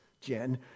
Jen